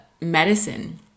medicine